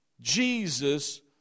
Jesus